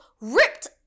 ripped